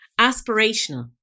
Aspirational